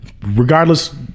regardless